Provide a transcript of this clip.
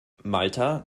malta